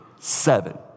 Seven